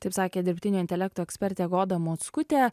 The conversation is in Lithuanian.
taip sakė dirbtinio intelekto ekspertė goda mockutė